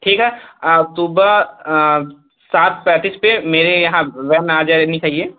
ठीक है सुबह सात पैंतीस पर मेरे यहाँ वैन आ जानी चाहिए